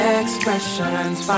expressions